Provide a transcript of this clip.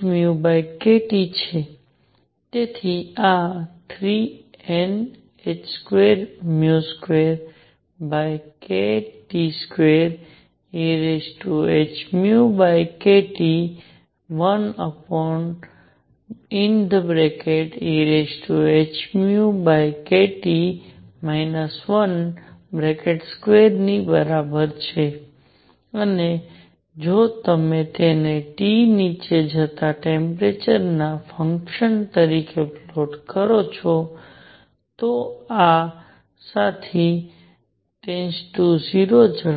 12hνkT છે તેથી આ 3Nh22kT2ehνkT 1ehνkT 12 ની બરાબર છે અને જો તમે તેને T નીચે જતા ટેમ્પરેચરના ફંકશન તરીકે પ્લોટ કરો છો તો આ સાથી → 0 ઝડપથી